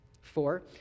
Four